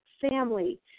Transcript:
family